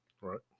Right